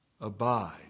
abide